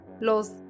los